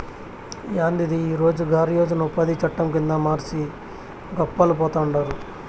యాందిది ఈ రోజ్ గార్ యోజన ఉపాది చట్టం కింద మర్సి గప్పాలు పోతండారు